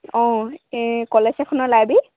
অঁ এই কলেজ এখনৰ লাইবেৰী